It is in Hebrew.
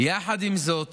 יחד עם זאת